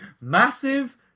massive